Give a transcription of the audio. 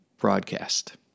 broadcast